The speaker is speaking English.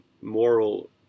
moral